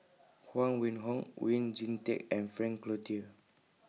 Huang Wenhong Oon Jin Teik and Frank Cloutier